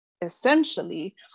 essentially